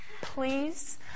Please